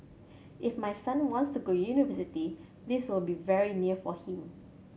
if my son wants to go university this will be very near for him